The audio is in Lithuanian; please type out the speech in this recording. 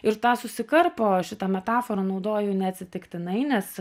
ir tą susikarpo šitą metaforą naudoju neatsitiktinai nes